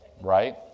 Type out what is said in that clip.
right